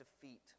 defeat